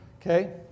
Okay